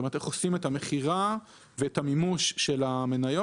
כלומר, איך עושים את המכירה ואת המימוש של המניות.